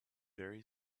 very